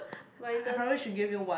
minus